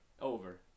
Over